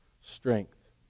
Strength